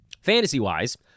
Fantasy-wise